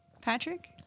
Patrick